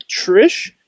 Trish